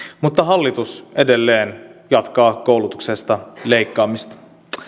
mutta hallitus edelleen jatkaa koulutuksesta leikkaamista